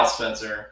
Spencer